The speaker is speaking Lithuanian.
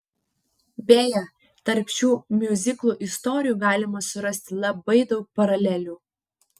beje tarp šių miuziklų istorijų galima surasti labai daug paralelių